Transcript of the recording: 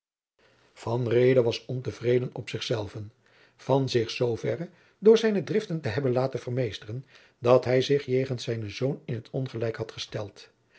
was ontevreden op zich zelven van zich zooverre door zijne driften te hebben laten vermeesteren dat hij zich jegens zijnen zoon in t ongelijk had gesteld